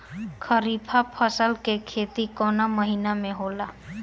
खरीफ फसल के खेती कवना महीना में होला?